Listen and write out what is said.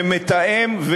ומתאם,